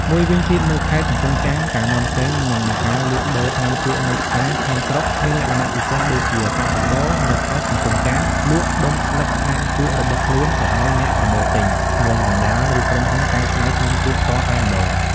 មួយវិញទៀតនៅខេត្តកំពង់ចាម ការនាំចេញនិងការលក់ដូរថ្នាំជក់នៅផ្សារក្នុងស្រុកមានលក្ខណៈពិសេសដូចជា កសិករនៅខេត្តកំពង់ចាមលក់ដុំស្លឹកថ្នាំជក់របស់ខ្លួនទៅឱ្យអ្នកប្រមូលទិញ ឈ្មួញកណ្ដាល ឬក្រុមហ៊ុនកែច្នៃថ្នាំជក់ផ្ទាល់តែម្ដង។